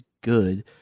good